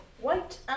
white